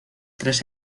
tres